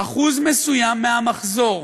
אחוז מסוים מהמחזור,